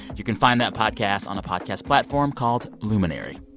you can find that podcast on a podcast platform called luminary.